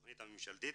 התכנית הממשלתית.